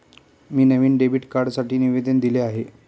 मी नवीन डेबिट कार्डसाठी निवेदन दिले आहे